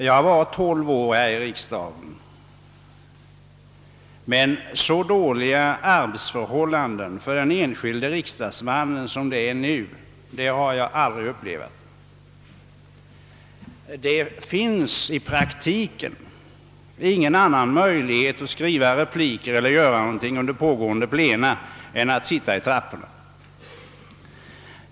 Jag har varit 12 år här i riksdagen, men så dåliga arbetsförhållanden för den enskilde riksdagsmannen som nu har jag inte upplevat tidigare. Det finns i praktiken inga andra platser där man under pågående plena kan skriva repliker eller arbeta än trapporna.